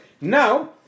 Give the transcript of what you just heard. Now